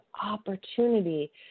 opportunity